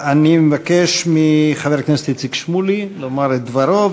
אני מבקש מחבר הכנסת איציק שמולי לומר את דברו,